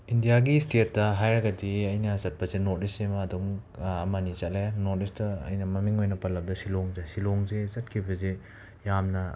ꯏꯟꯗꯤꯌꯥꯒꯤ ꯁ꯭ꯇꯦꯠꯇ ꯍꯥꯏꯔꯒꯗꯤ ꯑꯩꯅ ꯆꯠꯄꯁꯤ ꯅꯣꯔꯠ ꯏꯁꯁꯤꯃ ꯑꯗꯨꯝ ꯑꯃ ꯑꯅꯤ ꯆꯠꯂꯦ ꯅꯣꯔꯠ ꯏꯁꯇ ꯑꯩꯅ ꯃꯃꯤꯡ ꯑꯣꯏꯅ ꯄꯜꯂꯕꯗ ꯁꯤꯂꯣꯡꯁꯦ ꯁꯤꯂꯣꯡꯁꯦ ꯆꯠꯈꯤꯕꯁꯦ ꯌꯥꯝꯅ